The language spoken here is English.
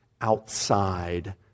outside